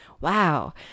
wow